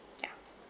ya